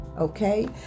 Okay